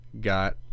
got